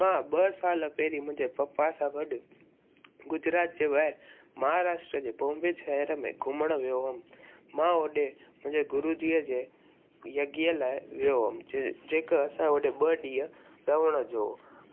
मां ॿ साल पहिरीं मुंहिंजे पपा सां गॾु गुजरात जे ॿाहिरि महाराष्ट्र जे बॉम्बे शहर में घुमणु वियो हुअमि मां होॾे पंहिंजे गुरुजीअ जे यज्ञ लाइ वियो हुअमि जेका असां होॾे ॿ ॾींहं रहण जो